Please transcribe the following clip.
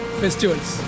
festivals